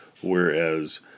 Whereas